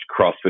CrossFit